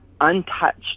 untouched